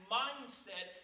mindset